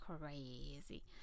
crazy